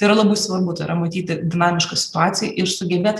tai yra labai svarbu tai yra matyti dinamišką situaciją ir sugebėt